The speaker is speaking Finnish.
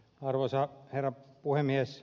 arvoisa herra puhemies